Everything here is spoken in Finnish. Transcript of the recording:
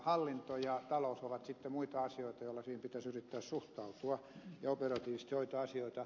hallinto ja talous ovat sitten muita asioita joilla siihen pitäisi yrittää suhtautua ja operatiivisesti hoitaa asioita